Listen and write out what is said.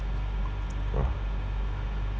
mm